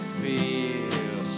feels